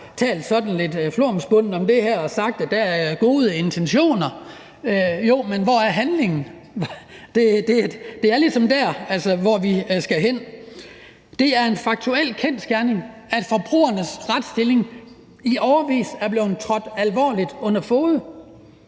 har sagt, at der er gode intentioner. Jo, men hvor er handlingen? Det er ligesom der, vi skal hen. Det er en kendsgerning, at forbrugernes retsstilling i årevis er blevet trådt alvorligt under fode.